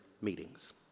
meetings